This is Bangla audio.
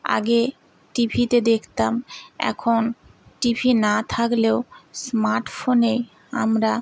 আগে টিভিতে দেখতাম এখন টিভি না থাকলেও স্মার্ট ফোনে আমরা